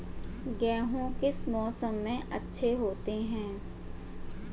गेहूँ किस मौसम में अच्छे होते हैं?